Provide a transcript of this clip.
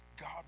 God